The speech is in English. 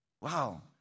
Wow